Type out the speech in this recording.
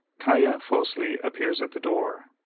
kaia fosli appears at the door.